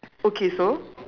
okay so